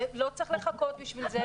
ולא צריך לחכות בשביל זה,